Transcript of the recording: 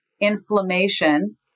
inflammation